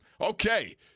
Okay